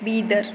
Bidar